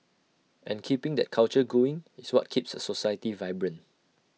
and keeping that culture going is what keeps A society vibrant